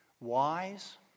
Wise